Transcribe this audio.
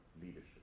leadership